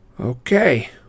Okay